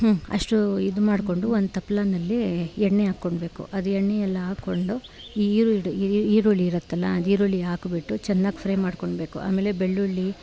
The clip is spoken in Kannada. ಹ್ಞೂ ಅಷ್ಟೂ ಇದು ಮಾಡ್ಕೊಂಡು ಒಂದು ತಪ್ಲೆಯಲ್ಲಿ ಎಣ್ಣೆ ಹಾಕ್ಕೊಳ್ಬೇಕು ಅದು ಎಣ್ಣೆ ಎಲ್ಲ ಹಾಕ್ಕೊಂಡು ಈ ಈರಡು ಈ ಈರುಳ್ಳಿ ಇರತ್ತಲ್ಲ ಅದು ಈರುಳ್ಳಿ ಹಾಕಿಬಿಟ್ಟು ಚೆನ್ನಾಗಿ ಫ್ರೈ ಮಾಡ್ಕೊಳ್ಬೇಕು ಆಮೇಲೆ ಬೆಳ್ಳುಳ್ಳಿ